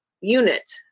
unit